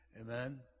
Amen